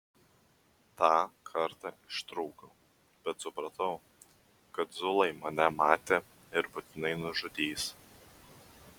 tą kartą ištrūkau bet supratau kad zulai mane matė ir būtinai nužudys